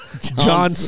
John